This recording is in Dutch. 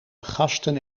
gasten